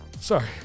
Sorry